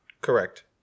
Correct